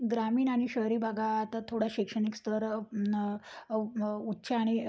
ग्रामीण आणि शहरी भाग आता थोडा शैक्षणिक स्तर उच्च आणि